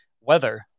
weather